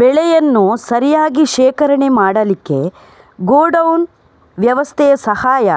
ಬೆಳೆಯನ್ನು ಸರಿಯಾಗಿ ಶೇಖರಣೆ ಮಾಡಲಿಕ್ಕೆ ಗೋಡೌನ್ ವ್ಯವಸ್ಥೆಯ ಸಹಾಯ